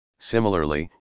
Similarly